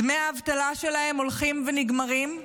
דמי האבטלה שלהן הולכים ונגמרים,